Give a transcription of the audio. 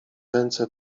ręce